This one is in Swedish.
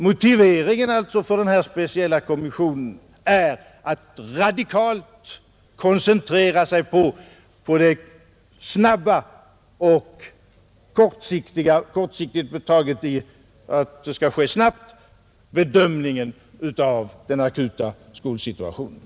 Motiveringen för den speciella kommissionen är således att den kan radikalt koncentrera sig på den snabba och kortsiktiga bedömningen — här taget i bemärkelsen att den skall ske snabbt — av den akuta skolsituationen.